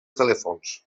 telèfons